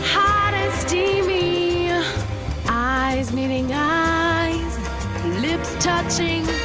hot and steamy eyes meeting eyes lips touching